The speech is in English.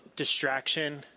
Distraction